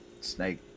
Snake